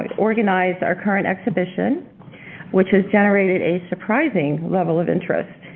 organized our current exhibition which has generated a surprising level of interest.